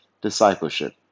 discipleship